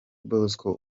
bosco